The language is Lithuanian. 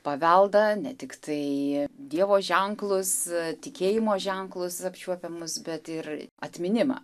paveldą ne tik tai dievo ženklus tikėjimo ženklus apčiuopiamus bet ir atminimą